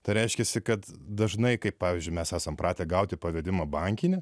tai reiškiasi kad dažnai kaip pavyzdžiui mes esam pratę gauti pavedimą bankinę